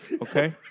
okay